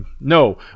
No